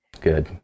good